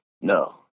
No